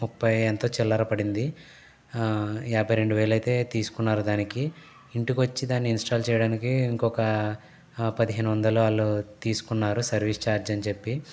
ముప్పై ఎంతో చిల్లర పడింది యాభై రెండు వేలు అయితే తీసుకున్నారు దానికి ఇంటికి వచ్చి దాన్ని ఇన్స్టాల్ చేయడానికి ఇంకొక పదిహేను వందలు వాళ్ళు తీసుకున్నారు సర్వీస్ ఛార్జ్ అని చెప్పి